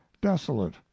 desolate